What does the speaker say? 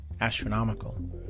astronomical